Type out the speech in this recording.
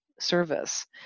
service